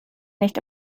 nicht